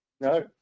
No